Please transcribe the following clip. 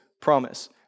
promise